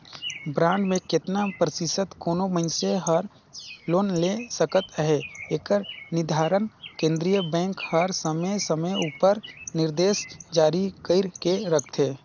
bond में केतना परतिसत कोनो मइनसे हर लोन ले सकत अहे एकर निरधारन केन्द्रीय बेंक हर समे समे उपर निरदेस जारी कइर के रखथे